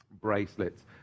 bracelets